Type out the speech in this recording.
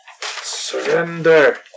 surrender